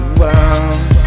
wow